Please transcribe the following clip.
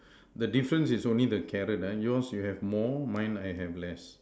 the difference is only the carrot uh yours you have more mine I have less